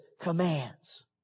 commands